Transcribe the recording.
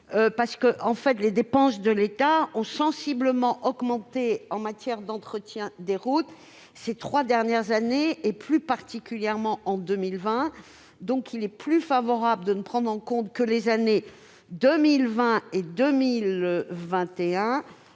Or les dépenses de l'État ont sensiblement augmenté en matière d'entretien des routes au cours des trois dernières années, plus particulièrement en 2020. Il est donc plus favorable de prendre en compte les seules années 2020 et 2021,